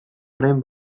orain